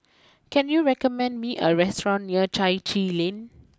can you recommend me a restaurant near Chai Chee Lane